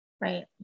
right